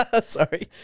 sorry